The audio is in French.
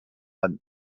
anne